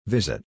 Visit